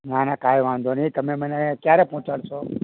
ના ના કાઇ વાંધો નહીં તમે મને ક્યારે પહોંચાડશો